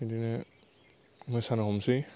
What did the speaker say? बेदिनो मोसानो हमसै